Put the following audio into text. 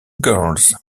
girls